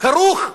כרוכה